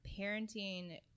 parenting